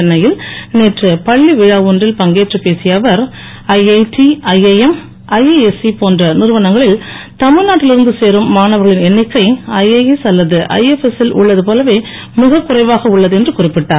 சென்னையில் நேற்று பள்ளி விழா ஒன்றில் பங்கேற்று பேசிய அவர் ஐஐட் ஐஎம் ஐஐஇசி போன்ற நிறுவனங்களில் தமிழ்நாட்டில் இருந்து சேரும் மாணவர்களின் எண்ணிக்கை ஐஏஎஸ் அல்லது ஐஎப்எஸ் சில் உள்ளது போலவே மிகக் குறைவாக உள்ளது என்று குறிப்பிட்டார்